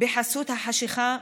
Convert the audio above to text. בחסות החשכה,